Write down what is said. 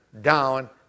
down